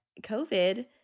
COVID